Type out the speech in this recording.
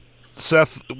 Seth